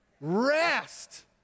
Rest